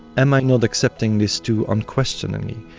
am i not accepting this too unquestioningly,